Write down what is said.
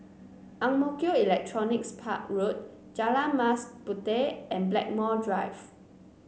Ang Mo Kio Electronics Park Road Jalan Mas Puteh and Blackmore Drive